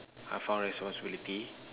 I found responsibility